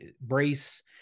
brace